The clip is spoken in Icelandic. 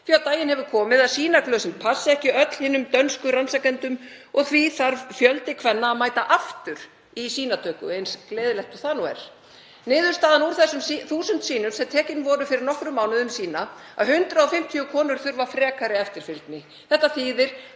að á daginn hefur komið að sýnaglösin passa ekki öll hinum dönsku rannsakendum og því þarf fjöldi kvenna að mæta aftur í sýnatöku, eins gleðilegt og það nú er. Niðurstaðan úr þeim 1.000 sýnum sem tekin voru fyrir nokkrum mánuðum sýna að 150 konur þurfa frekari eftirfylgd. Þetta þýðir